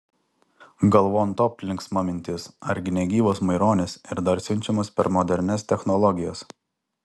galvon topt linksma mintis argi ne gyvas maironis ir dar siunčiamas per modernias technologijas